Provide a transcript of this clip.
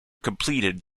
completed